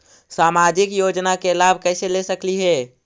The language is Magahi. सामाजिक योजना के लाभ कैसे ले सकली हे?